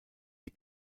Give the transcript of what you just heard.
die